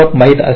माहित असेल